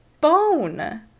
bone